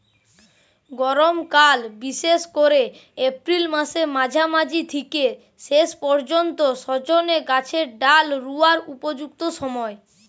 গরমকাল বিশেষ কোরে এপ্রিল মাসের মাঝামাঝি থিকে শেষ পর্যন্ত সজনে গাছের ডাল রুয়ার উপযুক্ত সময়